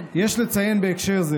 יש לציין בהקשר זה